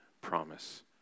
promise